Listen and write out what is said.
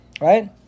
Right